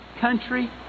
country